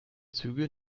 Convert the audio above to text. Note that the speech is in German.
züge